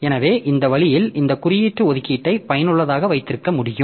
எனவே இந்த வழியில் இந்த குறியீட்டு ஒதுக்கீட்டை பயனுள்ளதாக வைத்திருக்க முடியும்